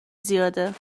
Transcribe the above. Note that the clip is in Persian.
زیاده